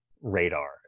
radar